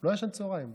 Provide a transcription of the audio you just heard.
ישן צוהריים.